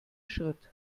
schritt